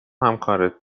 همکارت